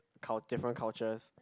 cult~ different cultures